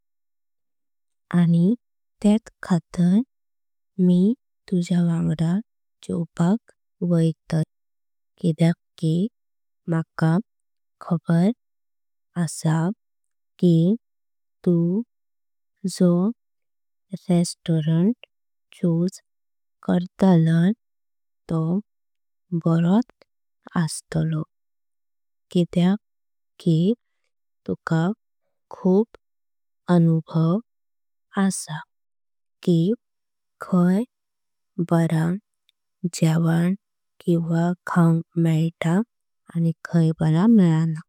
आणि त्यात खातर मी तुझ्या वांगडा जेवपाक वैतय। किद्याक की मका खबर आसा की तू जो रेस्टॉरंट। चूज़ करतालय तो बरोत अस्तलो किद्याक की तुका। खुप अनुभव आसा की खाय बरा जेवण किव्हा। खाऊंक मेळता आणि खाय बरा मेळना टा।